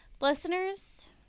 Listeners